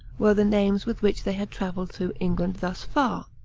were the names with which they had traveled through england thus far.